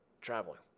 traveling